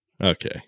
okay